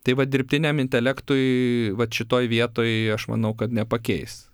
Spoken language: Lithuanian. tai vat dirbtiniam intelektui vat šitoj vietoj aš manau kad nepakeis